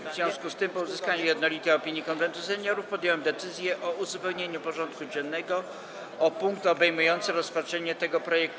W związku z tym, po uzyskaniu jednolitej opinii Konwentu Seniorów, podjąłem decyzję o uzupełnieniu porządku dziennego o punkt obejmujący rozpatrzenie tego projektu.